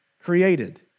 created